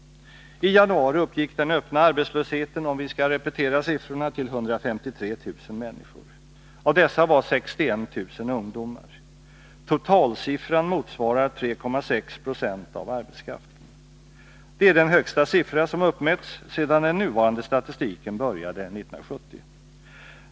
I januari — om vi skall repetera siffrorna — uppgick den öppna arbetslösheten till 153 000 människor. Av dessa var 61000 ungdomar. Totalsiffran motsvarar 3,6 20 av arbetskraften. Det är den högsta siffra som uppmätts sedan den nuvarande statistiken började 1970.